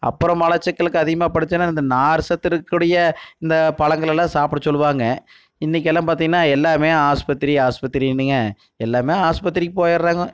அப்புறம் மலச்சிக்கலுக்கு அதிகமாக பிரச்சனை இந்த நார்ச்சத்து இருக்கக்கூடிய இந்த பழங்கள் எல்லாம் சாப்பிட சொல்லுவாங்க இன்றைக்கெல்லாம் பார்த்தீங்கன்னா எல்லாமே ஆஸ்பத்திரி ஆஸ்பத்திரியின்னுங்க எல்லாமே ஆஸ்பத்திரிக்கு போயிடுறாங்க